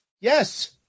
Yes